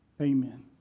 Amen